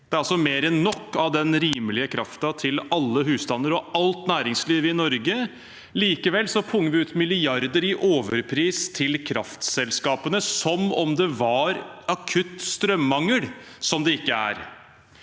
det er altså mer enn nok av den rimelige kraften til alle husstander og alt næringsliv i Norge. Likevel punger vi ut milliarder i overpris til kraftselskapene som om det var akutt strømmangel, noe det ikke er.